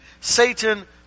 Satan